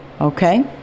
okay